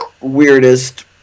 weirdest